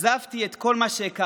עזבתי את כל מה שהכרתי,